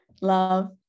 Love